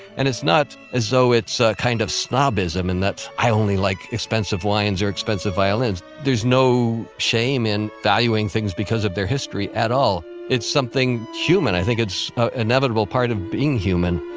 and it's not as though it's a kind of snobism in that i only like expensive wines or expensive violins. there's no shame in valuing things because of their history at all it's something human. i think it's inevitable, part of being human